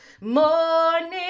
Morning